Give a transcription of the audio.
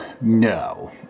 No